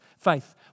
faith